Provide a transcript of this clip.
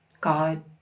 God